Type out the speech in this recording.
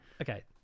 Okay